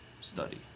study